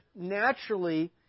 naturally